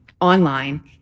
online